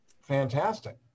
Fantastic